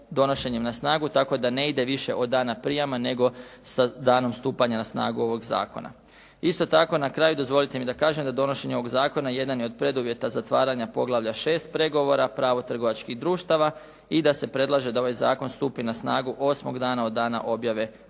donošenjem na snagu tako da ne ide više od dana prijama, nego sa danom stupanja na snagu ovog zakona. Isto tako na kraju dozvolite mi da kažem da donošenje ovog zakona jedan je od preduvjeta za zatvaranje poglavlja 6. - Pregovora pravo trgovačkih društava i da s predlaže da ovaj zakon stupi na snagu osmog dana od dana objave u